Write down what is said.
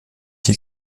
hier